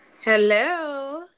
Hello